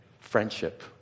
Friendship